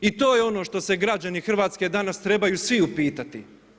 I to je ono što se građani Hrvatske danas trebaju svi upitati.